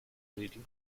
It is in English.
leading